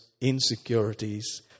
insecurities